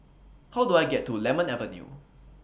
How Do I get to Lemon Avenue